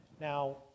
Now